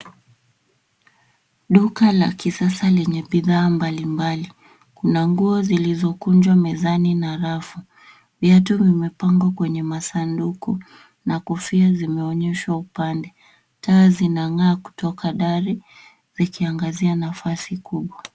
Duka la kisasa lenye bidhaa mbalimbali. Kuna nguo zilizokunjwa mezani na rafu. Viatu vimepangwa kwenye masanduku na kofia zimeonyeshwa upande. Taa zinang'aa kutoka dari zikiangazia nafasi kubwa.